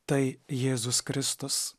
tai jėzus kristus